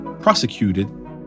prosecuted